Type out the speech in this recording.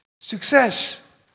Success